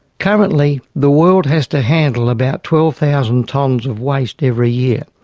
currently the world has to handle about twelve thousand tonnes of waste every year.